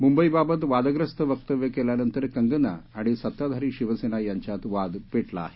मुंबईबाबत वादग्रस्त वक्तव्य केल्यानंतर कंगणा आणि सत्ताधारी शिवसेना यांच्यात वाद पेटला आहे